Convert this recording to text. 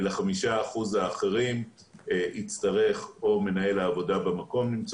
ול-5% האחרים יצטרך או מנהל העבודה במקום למצוא